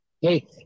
hey